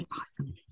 awesome